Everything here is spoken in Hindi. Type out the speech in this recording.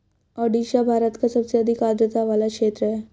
ओडिशा भारत का सबसे अधिक आद्रता वाला क्षेत्र है